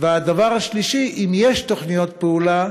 והשאלה השלישית: אם יש תוכניות פעולה,